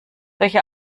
solche